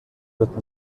wird